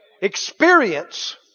Experience